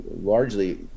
largely